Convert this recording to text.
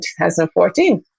2014